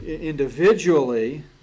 individually